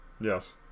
Yes